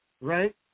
right